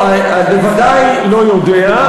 בוודאי לא יודע,